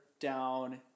down